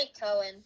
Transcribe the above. Cohen